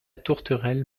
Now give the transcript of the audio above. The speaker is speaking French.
tourterelle